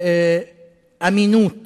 אמינות